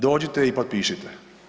Dođite i potpišite.